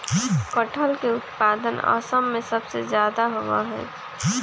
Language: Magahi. कटहल के उत्पादन असम में सबसे ज्यादा होबा हई